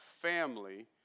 family